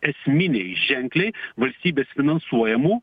esminiai ženkliai valstybės finansuojamų